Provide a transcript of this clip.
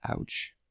Ouch